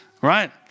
right